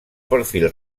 perfil